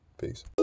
peace